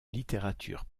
littérature